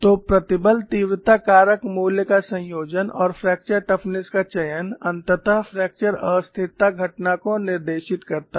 तो प्रतिबल तीव्रता कारक मूल्य का संयोजन और फ्रैक्चर टफनेस का चयन अंततः फ्रैक्चर अस्थिरता घटना को निर्देशित करता है